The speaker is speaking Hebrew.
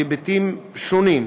בהיבטים שונים,